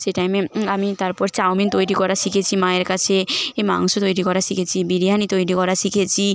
সেই টাইমে আমি তারপর চাউমিন তৈরি করা শিখেছি মায়ের কাছে এই মাংস তৈরি করা শিখেছি বিরিয়ানি তৈরি করা শিখেছি